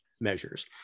measures